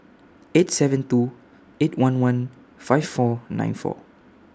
eight seven two eight one one five four nine four